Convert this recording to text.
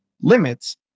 limits